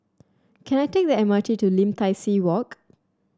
can I take the M R T to Lim Tai See Walk